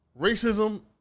Racism